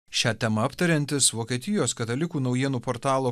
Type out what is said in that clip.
šią temą aptariantis vokietijos katalikų naujienų portalo